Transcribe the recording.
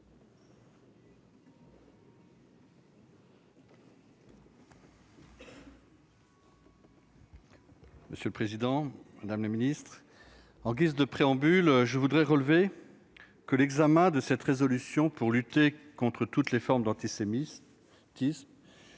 Monsieur le président, madame la ministre, mes chers collègues, en guise de préambule, je voudrais relever que l'examen de cette résolution pour lutter contre toutes les formes d'antisémitisme